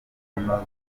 kunoza